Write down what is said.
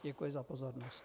Děkuji za pozornost.